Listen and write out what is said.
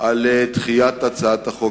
על דחיית הצעת החוק,